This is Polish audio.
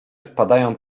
wpadają